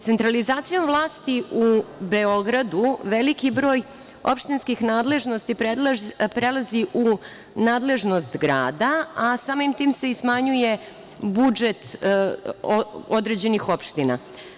Centralizacijom vlasti u Beogradu veliki broj opštinskih nadležnosti prelazi u nadležnost grada, a samim tim se i smanjuje budžet određenih opština.